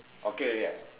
okay already ah